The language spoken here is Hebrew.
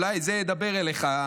אולי זה ידבר אליך,